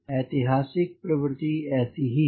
ऐतिहासिक प्रवृत्ति ऐसी ही है